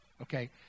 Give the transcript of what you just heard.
Okay